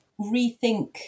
rethink